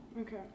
Okay